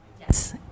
Yes